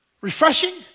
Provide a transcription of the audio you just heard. Refreshing